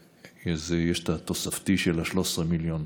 על זה יש את התוספתי, 13 מיליון.